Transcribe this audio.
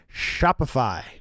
Shopify